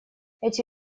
эти